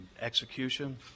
execution